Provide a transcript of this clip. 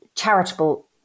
charitable